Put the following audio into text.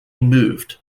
moved